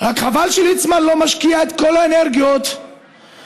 רק חבל שליצמן לא משקיע את כל האנרגיות והאיומים